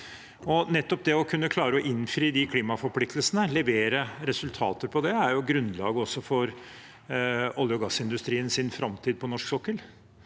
Nettopp det å kunne klare å innfri de klimaforpliktelsene og levere resultater på det er også grunnlaget for olje- og gassindustriens framtid på norsk sokkel.